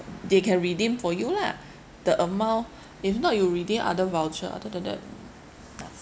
they can redeem for you lah the amount if not you redeem other voucher other than that